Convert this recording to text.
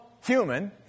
human